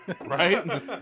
right